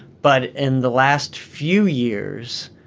but in the last few years,